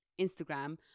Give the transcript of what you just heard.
Instagram